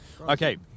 Okay